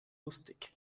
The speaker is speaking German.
lustig